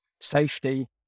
safety